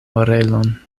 orelon